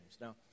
Now